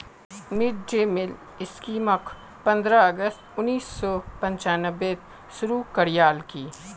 mid day meal स्कीमक पंद्रह अगस्त उन्नीस सौ पंचानबेत शुरू करयाल की